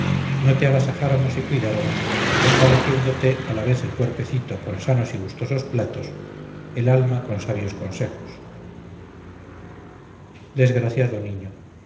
no te agasajáramos y cuidáramos fortaleciéndote a la vez el cuerpecito con sanos y gustosos platos el alma con sabios consejos desgraciado niño